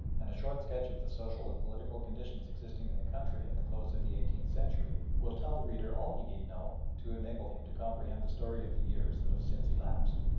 and a short sketch of the social and political conditions existing in the country at the close of the eighteenth century will tell the reader all he need know to enable him to comprehend the story of the years that have since elapsed.